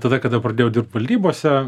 tada kada pradėjau dirbt valdybose